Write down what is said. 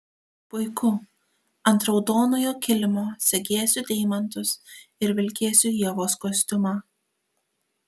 puiku ant raudonojo kilimo segėsiu deimantus ir vilkėsiu ievos kostiumą